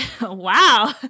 wow